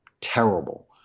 terrible